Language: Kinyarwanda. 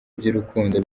by’urukundo